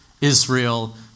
Israel